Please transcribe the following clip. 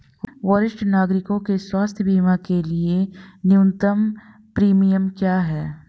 वरिष्ठ नागरिकों के स्वास्थ्य बीमा के लिए न्यूनतम प्रीमियम क्या है?